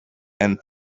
and